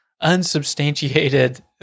unsubstantiated